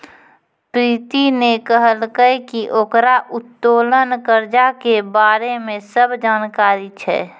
प्रीति ने कहलकै की ओकरा उत्तोलन कर्जा के बारे मे सब जानकारी छै